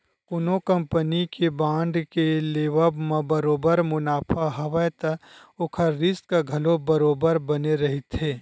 कोनो कंपनी के बांड के लेवब म बरोबर मुनाफा हवय त ओखर रिस्क घलो बरोबर बने रहिथे